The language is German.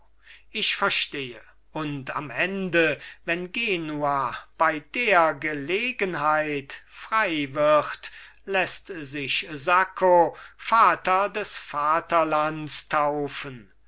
ich verstehe und am ende wenn genua bei der gelegenheit frei wird läßt sich sacco vater des vaterlands taufen